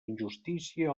injustícia